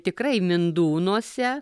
tikrai mindūnuose